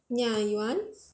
ya you want